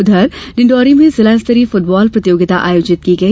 उधर डिण्डोरी में जिला स्तरीय फृटबाल प्रतियोगिता आयोजित की गई